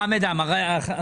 חמד עמאר.